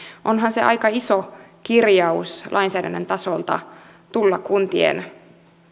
onhan se aika iso kirjaus lainsäädännön tasolta tulla kuntien